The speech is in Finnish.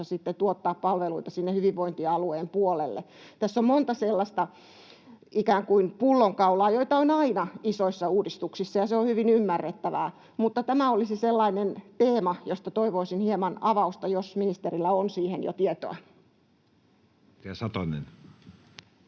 tuottaa palveluita sinne hyvinvointialueen puolelle. Tässä on monta sellaista ikään kuin pullonkaulaa, joita on aina isoissa uudistuksissa, ja se on hyvin ymmärrettävää, mutta tämä olisi sellainen teema, josta toivoisin hieman avausta, jos ministerillä on siitä jo tietoa. [Speech